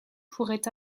pourraient